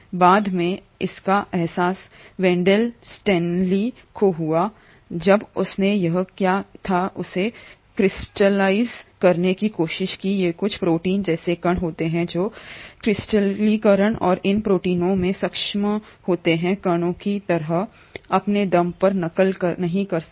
बाद में इसका एहसास वेन्डल स्टैनली को हुआ जब उसने यहाँ क्या था उसे क्रिस्टलाइज़ करने की कोशिश की ये कुछ प्रोटीन जैसे कण होते हैं जो क्रिस्टलीकरण और इन प्रोटीनों में सक्षम होते हैं कणों की तरह अपने दम पर नकल नहीं कर सकते